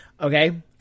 okay